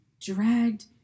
dragged